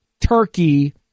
turkey